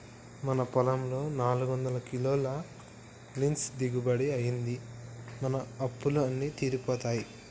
మన పొలంలో నాలుగొందల కిలోల లీన్స్ దిగుబడి అయ్యింది, మన అప్పులు అన్నీ తీరిపోతాయి